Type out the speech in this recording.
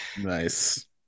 Nice